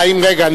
רגע.